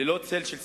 ללא צל של ספק,